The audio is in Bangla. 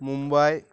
মুম্বাই